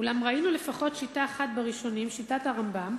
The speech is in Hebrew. אולם ראינו לפחות שיטה אחת בראשונים, שיטת הרמב"ם